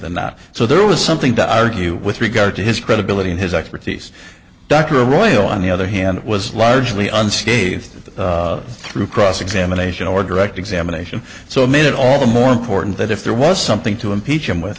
than not so there was something to argue with regard to his credibility and his expertise dr royal on the other hand was largely unscathed through cross examination or direct examination so made it all the more important that if there was something to impeach him with